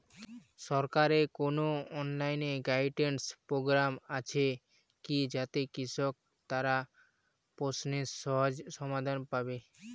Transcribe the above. সরকারের কোনো online guidance program আছে কি যাতে কৃষক তার প্রশ্নের সহজ সমাধান পাবে?